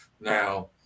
Now